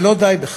ולא די בכך.